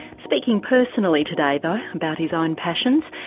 speaking personally today though about his own passions.